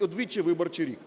удвічі виборчий рік?